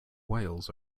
wales